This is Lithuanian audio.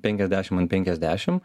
penkiasdešim ant penkiasdešim